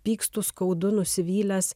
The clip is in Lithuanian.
pykstu skaudu nusivylęs